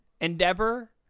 endeavor